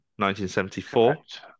1974